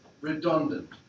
redundant